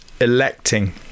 electing